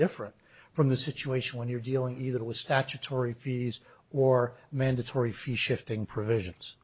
different from the situation when you're dealing either with statutory fees or mandatory fee shifting provisions